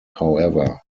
however